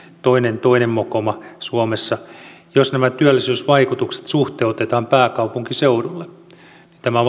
toinen toinen mokoma suomessa jos nämä työllisyysvaikutukset suhteutetaan pääkaupunkiseudulle niin tämä